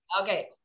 Okay